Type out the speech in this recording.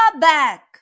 back